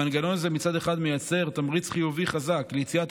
המנגנון הזה מצד אחד מייצר תמריץ חיובי חזק ליציאת